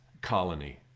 colony